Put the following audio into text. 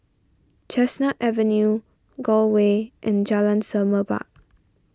Chestnut Avenue Gul Way and Jalan Semerbak